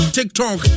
TikTok